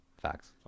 Facts